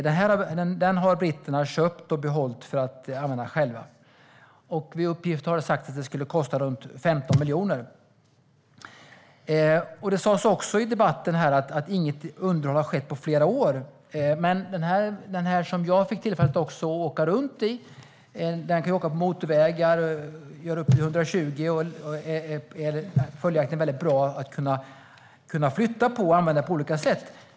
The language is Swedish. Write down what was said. Den har britterna köpt och behållit för att använda själva. Enligt uppgift har det sagts att det skulle kosta runt 15 miljoner. Det sas också i debatten att det inte hade skett något underhåll på flera år. Men det fordon som jag fick tillfälle att åka runt i kan åka på motorvägar i 120. Det är följaktligen väldigt bra. Man kan flytta på dem och använda dem på olika sätt.